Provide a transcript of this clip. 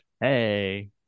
hey